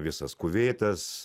visas kuveitas